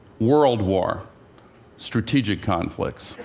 world war strategic conflicts.